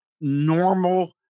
normal